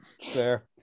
fair